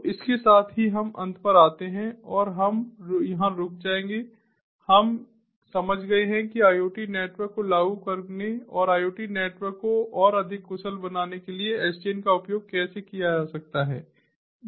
तो इसके साथ ही हम अंत पर आते हैं और हम यहां रुक जाएंगे हम समझ गए हैं कि IoT नेटवर्क को लागू करने और IoT नेटवर्क को और अधिक कुशल बनाने के लिए SDN का उपयोग कैसे किया जा सकता है